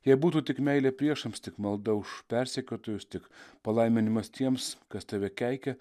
jei būtų tik meilė priešams tik malda už persekiotojus tik palaiminimas tiems kas tave keikia